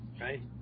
right